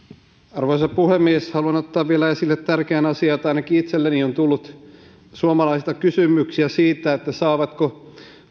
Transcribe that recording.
arvoisa puhemies haluan ottaa vielä esille tärkeän asian tai ainakin itselleni on tullut suomalaisilta kysymyksiä siitä saavatko